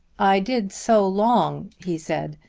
i did so long, he said,